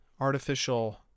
artificial